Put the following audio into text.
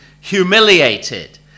humiliated